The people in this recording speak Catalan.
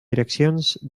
direccions